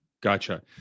gotcha